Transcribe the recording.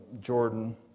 Jordan